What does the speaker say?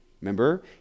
Remember